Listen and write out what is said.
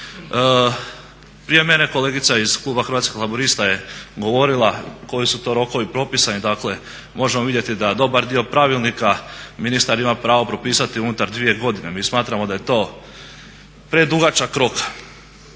Prije mene kolegica iz kluba Hrvatskih laburista je govorila koji su to rokovi propisani, dakle možemo vidjeti da dobar dio pravilnika ministar ima pravo propisati unutar dvije godine. Mi smatramo da je to predugačak rok